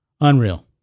Unreal